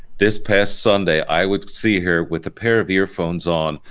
this past sunday i would see her with a pair of earphones on,